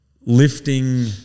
Lifting